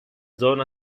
zona